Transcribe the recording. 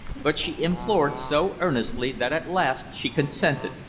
but she implored so earnestly that at last she consented,